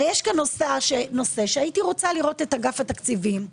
יש פה נושא שהייתי רוצה לראות את אגף התקציבים,